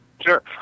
Sure